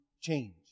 change